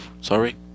sorry